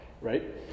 right